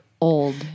old